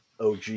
OG